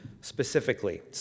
specifically